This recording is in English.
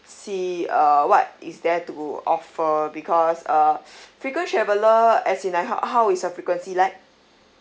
see uh what is there to offer because uh frequent traveller as in like how how is her frequency like